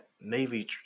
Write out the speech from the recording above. Navy